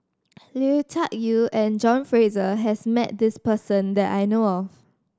Lui Tuck Yew and John Fraser has met this person that I know of